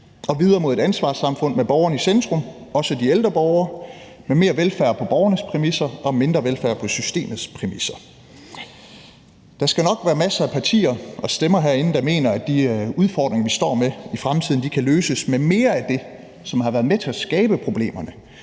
og videre mod et ansvarssamfund med borgeren i centrum, også de ældre borgere, med mere velfærd på borgernes præmisser og mindre velfærd på systemets præmisser. Der skal nok være masser af partier og stemmer herinde, der mener, at de udfordringer, vi står med i fremtiden, kan løses med mere af det, som har været med til at skabe problemerne,